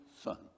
son